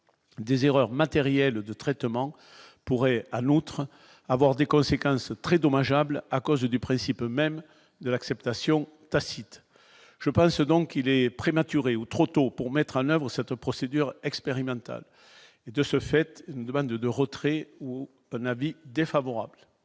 des erreurs matérielles de traitement pourrait à l'autre, avoir des conséquences très dommageable à cause du principe même de l'acceptation tacite, je pense donc qu'il est prématuré ou trop tôt pour mettre en oeuvre cette procédure expérimentale et de ce fait une demande de retrait ou un avis défavorable.